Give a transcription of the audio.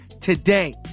today